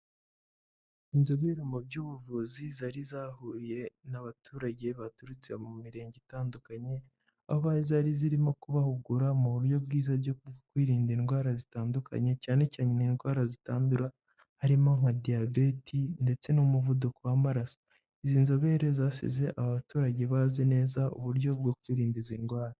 Inzobere mu by'ubuvuzi zari zahuriye n'abaturage baturutse mu mirenge itandukanye, aho zari zirimo kubahugura mu buryo bwiza byo kwirinda indwara zitandukanye cyane cyane indwara zitandura harimo nka diyabeti ndetse n'umuvuduko w'amaraso. Izi nzobere zasize aba baturage bazi neza uburyo bwo kwirinda izi ndwara.